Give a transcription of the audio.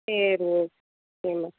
சரி okay ma'am